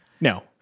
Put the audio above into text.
No